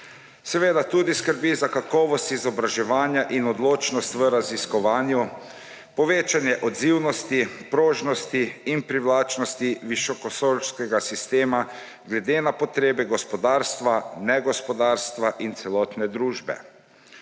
Seveda skrbi tudi za kakovost izobraževanja in odličnost v raziskovanju, povečanje odzivnosti, prožnosti in privlačnosti visokošolskega sistema glede na potrebe gospodarstva, negospodarstva in celotne družbe;